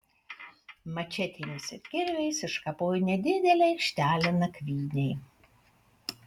mačetėmis ir kirviais iškapojo nedidelę aikštelę nakvynei